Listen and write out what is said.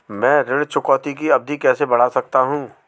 मैं ऋण चुकौती की अवधि कैसे बढ़ा सकता हूं?